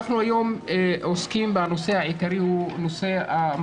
אנחנו היום עוסקים בנושא העיקרי של מחסור